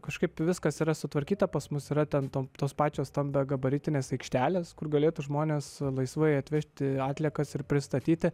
kažkaip viskas yra sutvarkyta pas mus yra ten tos pačios stambiagabaritinės aikštelės kur galėtų žmonės laisvai atvežti atliekas ir pristatyti